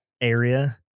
area